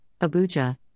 Abuja